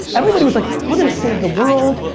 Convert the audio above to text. everybody was like, we're gonna save the world,